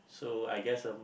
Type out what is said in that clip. so I guess